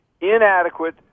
inadequate